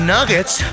Nuggets